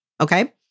Okay